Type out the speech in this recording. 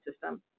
system